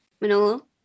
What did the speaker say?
Manolo